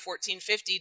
1450